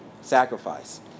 sacrifice